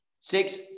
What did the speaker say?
Six